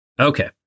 Okay